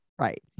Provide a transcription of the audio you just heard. Right